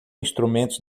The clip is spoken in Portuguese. instrumentos